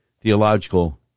Theological